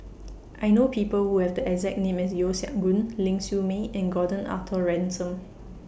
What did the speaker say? I know People Who Have The exact name as Yeo Siak Goon Ling Siew May and Gordon Arthur Ransome